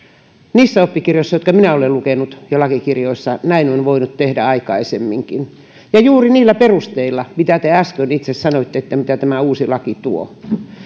niissä oppikirjoissa ja lakikirjoissa jotka minä olen lukenut näin on voinut tehdä aikaisemminkin ja juuri niillä perusteilla mitä te äsken itse sanoitte että tämä uusi laki tuo